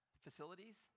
facilities